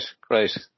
great